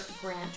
grant